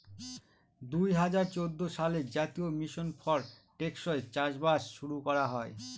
দুই হাজার চৌদ্দ সালে জাতীয় মিশন ফর টেকসই চাষবাস শুরু করা হয়